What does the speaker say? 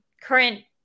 current